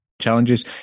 challenges